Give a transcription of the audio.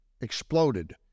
exploded